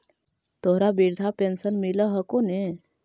तोहरा वृद्धा पेंशन मिलहको ने?